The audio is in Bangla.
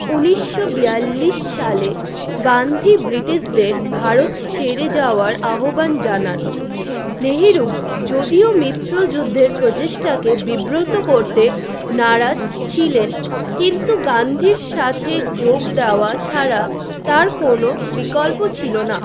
উনিশশো বিয়াল্লিশ সালে গান্ধী ব্রিটিশদের ভারত ছেড়ে যাওয়ার আহবান জানান নেহরু যদিও মিত্র যুদ্ধের প্রচেষ্টাকে বিব্রত করতে নারাজ ছিলেন কিন্তু গান্ধীর সাথে যোগ দেওয়া ছাড়া তাঁর কোনো বিকল্প ছিল না